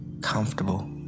comfortable